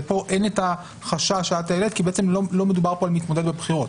ופה אין את החשש שאת העלית כי לא מדובר פה על מתמודד בבחירות.